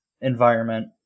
environment